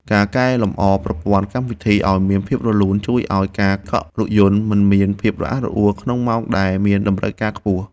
ការកែលម្អប្រព័ន្ធកម្មវិធីឱ្យមានភាពរលូនជួយឱ្យការកក់រថយន្តមិនមានភាពរអាក់រអួលក្នុងម៉ោងដែលមានតម្រូវការខ្ពស់។